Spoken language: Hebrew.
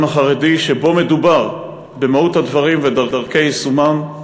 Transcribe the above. החרדי שבו מדובר במהות הדברים ודרכי יישומם,